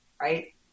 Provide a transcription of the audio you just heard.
right